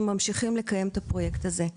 ואנחנו ממשיכים לקיים את הפרויקט הזה.